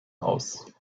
aus